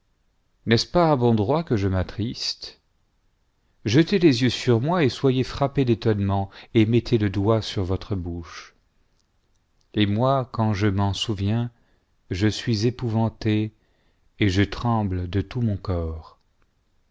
n'est-ce pas à bon droit que je m'attriste j'étais les yeux sur moi et soyez frappés d'étonnement et mettez le doigt sur votre bouche et moi quand je m'en souviens j'en suis épouvanté et j'en tremble do tout mon corps